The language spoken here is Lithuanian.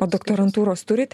o doktorantūros turit